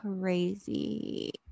crazy